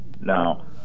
Now